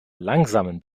langsamen